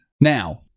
now